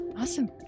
Awesome